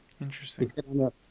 Interesting